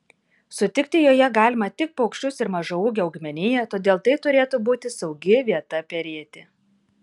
sutikti joje galima tik paukščius ir mažaūgę augmeniją todėl tai turėtų būti saugi vieta perėti